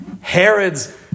Herod's